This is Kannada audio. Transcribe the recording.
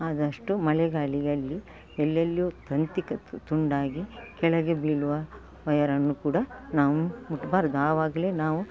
ಆದಷ್ಟು ಮಳೆ ಗಾಳಿಯಲ್ಲಿ ಎಲ್ಲೆಲ್ಲೂ ತಂತಿ ತುಂಡಾಗಿ ಕೆಳಗೆ ಬೀಳುವ ವಯರನ್ನು ಕೂಡ ನಾವು ಮುಟ್ಬಾರದು ಆವಾಗಲೇ ನಾವು